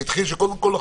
זה התחיל שקודם כל,